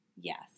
yes